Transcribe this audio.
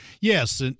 Yes